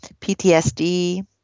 PTSD